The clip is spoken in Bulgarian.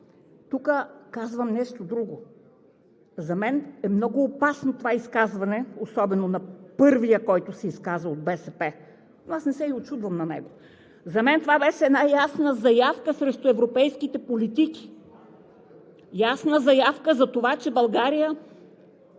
тук казвам нещо друго. За мен е много опасно това изказване, особено на първия, който се изказа от БСП. Но аз на него не се и учудвам. За мен това беше една ясна заявка срещу европейските политики. Ясна заявка за това, че България